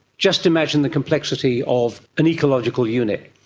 just imagine the complexity of an ecological unit.